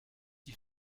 die